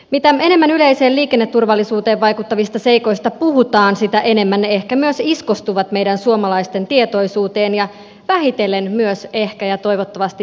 mitä enemmän yleiseen liikenneturvallisuuteen vaikuttavista seikoista puhutaan sitä enemmän ne ehkä myös iskostuvat meidän suomalaisten tietoisuuteen ja vähitellen myös ehkä ja toivottavasti asenteisiimme